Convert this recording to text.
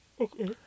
Okay